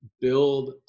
build